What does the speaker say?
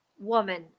woman